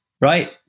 right